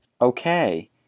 Okay